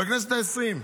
בכנסת ה-20.